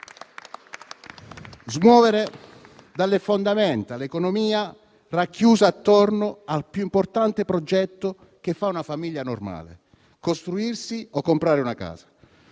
smuovere dalle fondamenta l'economia racchiusa attorno al più importante progetto che fa una famiglia normale, ossia costruirsi o comprare una casa.